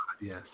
Yes